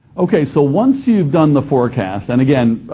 okay, so once you've done the forecast, and, again,